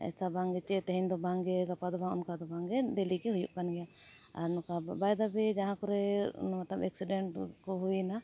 ᱮᱭᱥᱟ ᱵᱟᱝᱜᱮ ᱪᱮᱫ ᱛᱮᱦᱮᱧ ᱫᱚ ᱵᱟᱝᱜᱮ ᱜᱟᱯᱟ ᱫᱚ ᱵᱟᱝ ᱚᱱᱠᱟ ᱫᱚ ᱵᱟᱝᱜᱮ ᱰᱮᱞᱤᱜᱮ ᱦᱩᱭᱩᱜ ᱠᱟᱱ ᱜᱮᱭᱟ ᱟᱨ ᱱᱚᱝᱠᱟ ᱵᱟᱭ ᱫᱷᱟᱵᱮ ᱡᱟᱦᱟᱸ ᱠᱚᱨᱮ ᱮᱠᱥᱤᱰᱮᱱᱴ ᱠᱚ ᱦᱩᱭᱮᱱᱟ